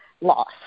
loss